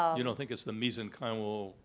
you don't think it's the mesenchymal,